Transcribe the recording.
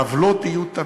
עוולות יהיו תמיד.